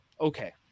okay